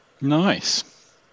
Nice